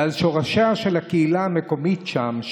ועל שורשיה של הקהילה המקומית שם,